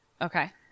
okay